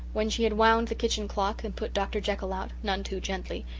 when she had wound the kitchen clock and put dr. jekyll out, none too gently,